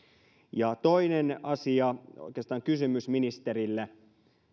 ja toinen asia oikeastaan kysymys ministerille